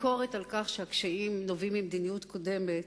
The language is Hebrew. ביקורת על כך שהקשיים נובעים ממדיניות קודמת.